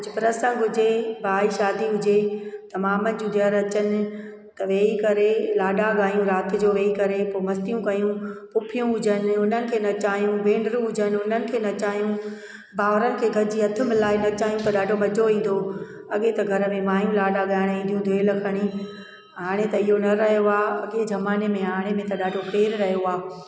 कुझु प्रसंग हुजे भाई शादी हुजे त मामनि जूं धीअरूं अचनि वेई करे लाॾा गायूं राति जो वेई करे पोइ मस्तियूं कयूं पुफियूं हुजनि हुननि खे नचायूं भेनरूं हुजनि उन्हनि खे नचायूं भावरनि खे गॾिजी हथ मिलाए नचायूं त ॾाढो मज़ो ईंदो हुओ अॻे त घर में माइयूं लाॾा गाइण ईंदियूं ढोल खणी हाणे त इहो न रहियो आहे अॻे ज़माने में हाणे में त ॾाढो फेर रहियो आहे